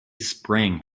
sprang